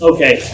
Okay